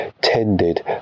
tended